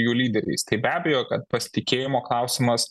jų lyderiais tai be abejo kad pasitikėjimo klausimas